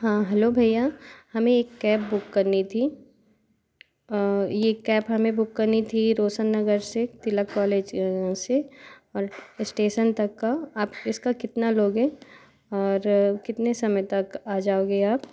हाँ हेलो भैया हमें एक कैब बुक करनी थी यह कैब हमें बुक करनी थी रौशन नगर से तिलक कॉलेज यहाँ से स्टेशन तक का आप इसका कितना लोगे और कितने समय तक आ जाओगे आप